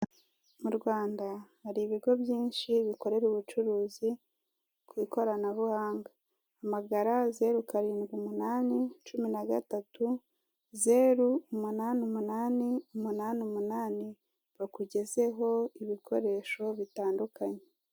Mu Rwanda hari ibigo byinshi bikorera ubucuruzi ku ikoranabuhanga hamagara zeru karindwi umunani cumi na gatatu zeru umunani umunani umunani umunani bakugezeho ibikoresho bitandukanye.